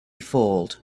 fooled